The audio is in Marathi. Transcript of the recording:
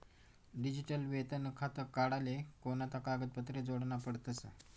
डिजीटल वेतन खातं काढाले कोणता कागदपत्रे जोडना पडतसं?